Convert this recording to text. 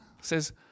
says